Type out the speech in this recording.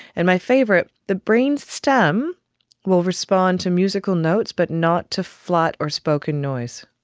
and my favourite, the brain stem will respond to musical notes but not to flat or spoken noise.